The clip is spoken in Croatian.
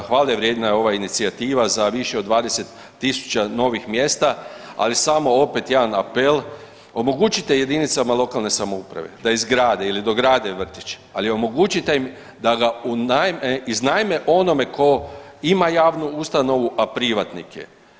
Hvale vrijedna je ova inicijativa za više od 20.000 novih mjesta, ali samo opet jedan apel, omogućite jedinicama lokalne samouprave da izgrade ili dograde vrtiće, ali omogućite im da ga iznajme onome ko ima javnu ustanovu, a privatnik je.